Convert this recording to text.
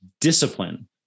discipline